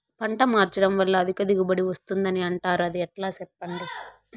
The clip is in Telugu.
పంట మార్చడం వల్ల అధిక దిగుబడి వస్తుందని అంటారు అది ఎట్లా సెప్పండి